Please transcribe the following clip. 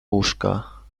łóżka